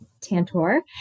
Tantor